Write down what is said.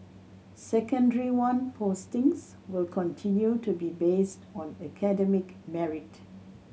Secondary One postings will continue to be based on academic merit